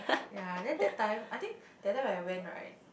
yea then that time I think that time I went right